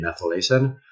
methylation